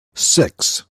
six